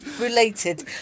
related